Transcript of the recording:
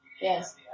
Yes